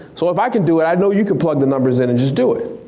so if i can do it i know you can plug the numbers in and just do it.